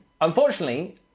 unfortunately